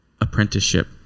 apprenticeship